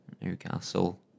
Newcastle